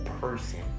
person